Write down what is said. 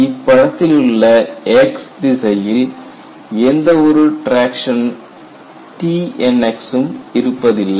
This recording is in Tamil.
இப்படத்தில் உள்ள X திசையில் எந்த ஒரு டிராக்சன் Tnx ம் இருப்பதில்லை